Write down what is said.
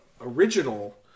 original